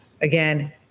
again